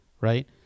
Right